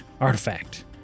artifact